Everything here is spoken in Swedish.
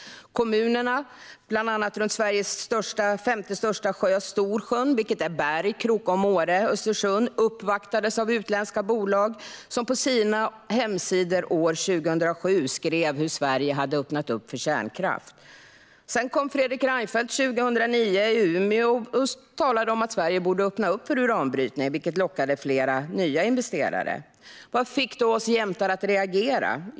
Bland annat kommunerna runt Sveriges femte största sjö Storsjön - Berg, Krokom, Åre och Östersund - uppvaktades av utländska bolag som på sina hemsidor år 2007 skrev hur Sverige hade öppnat upp för kärnkraft. Sedan var Fredrik Reinfeldt 2009 i Umeå och talade om att Sverige borde öppna upp för uranbrytning, vilket lockade flera nya investerare. Vad fick då oss jämtar att reagera?